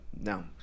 no